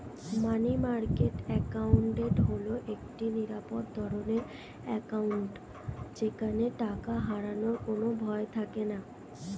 মানি market account হল একটি নিরাপদ ধরনের অ্যাকাউন্ট যেখানে টাকা হারানোর কোনো ভয় থাকেনা